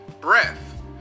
breath